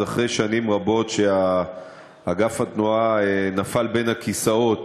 אחרי שנים רבות שאגף התנועה נפל בין הכיסאות